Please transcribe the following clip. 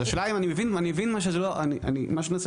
הדוגמה שאתה נתת